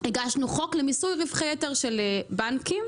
הגשנו חוק למיסוי רווחי יתר של בנקים.